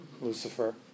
Lucifer